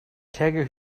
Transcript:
tiger